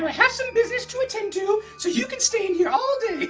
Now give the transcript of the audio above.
um have some business to attend to so you can stay in here all day!